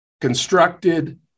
constructed